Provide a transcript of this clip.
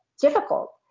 difficult